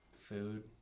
Food